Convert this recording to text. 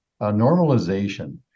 normalization